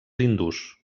hindús